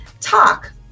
talk